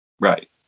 Right